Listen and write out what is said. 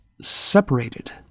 separated